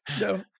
no